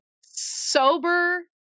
sober